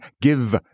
Give